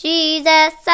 Jesus